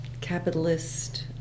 capitalist